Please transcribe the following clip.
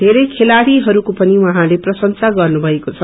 धेरै खेडीहरूको पनि उहाँले प्रयशेसा गन्नीाएको छ